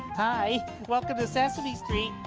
hi. welcome to sesame street.